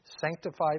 sanctified